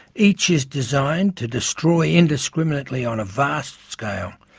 each is designed to destroy indiscriminately on a vast scale,